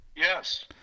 Yes